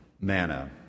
manna